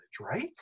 right